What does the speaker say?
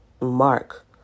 mark